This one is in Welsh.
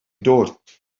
dod